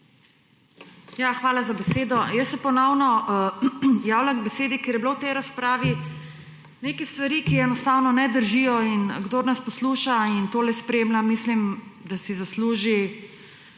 Hvala za besedo. Ponovno se javljam k besedi, ker je bilo v tej razpravi nekaj stvari, ki enostavno ne držijo, in kdor nas posluša in tole spremlja, mislim, da si zasluži